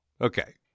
Okay